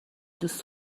دوست